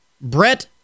Brett